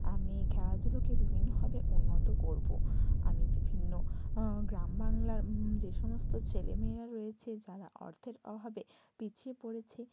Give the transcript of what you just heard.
আমি এই খেলাধুলোকে বিভিন্নভাবে উন্নত করবো আমি বিভিন্ন গ্রাম বাংলার যে সমস্ত ছেলে মেয়েরা রয়েছে যারা অর্থের অভাবে পিছিয়ে পড়েছে